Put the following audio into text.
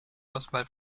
auswahl